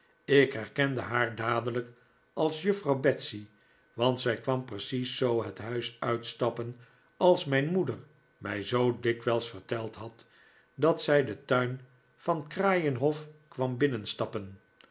ik herkende haar dadelijk als juffrouw betsey want zij kwam precies zoo het huis uitstappen als mijn moeder mij zoo dikwijls verteld had dat zij den tuin van kraaienhof kwam binnenstappen